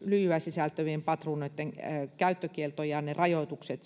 lyijyä sisältävien patruunoitten käyttökielto ja ne rajoitukset